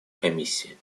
комиссии